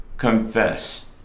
confess